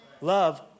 Love